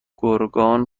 ﮔﺮﮔﺎﻥ